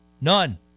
None